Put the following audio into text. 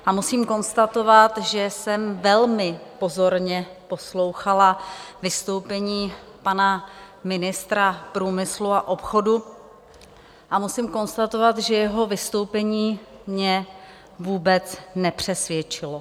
A musím konstatovat, že jsem velmi pozorně poslouchala vystoupení pana ministra průmyslu a obchodu, a musím konstatovat, že jeho vystoupení mě vůbec nepřesvědčilo.